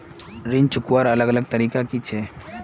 ऋण चुकवार अलग अलग तरीका कि छे?